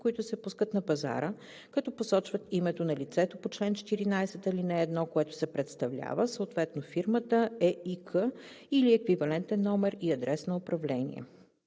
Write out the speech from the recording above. които се пускат на пазара, като посочват името на лицето по чл. 14, ал. 1, което се представлява, съответно фирмата, ЕИК или еквивалентен номер и адрес на управление.“